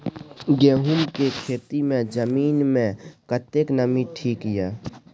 गहूम के खेती मे जमीन मे कतेक नमी ठीक ये?